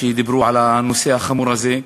שדיברו על הנושא החמור הזה,